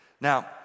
Now